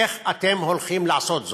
איך אתם הולכים לעשות זאת?